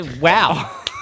Wow